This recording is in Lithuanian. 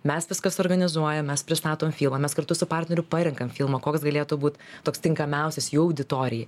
mes viską suorganizuojam mes pristatom filmą mes kartu su partneriu parenkam filmą koks galėtų būt toks tinkamiausias jų auditorijai